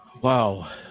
Wow